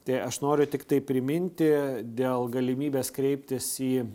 tai aš noriu tiktai priminti dėl galimybės kreiptis į